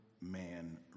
man